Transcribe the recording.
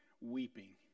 weeping